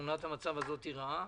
תמונת המצב הזאת היא רעה.